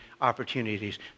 opportunities